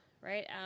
right